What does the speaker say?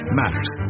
matters